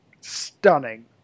stunning